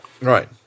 Right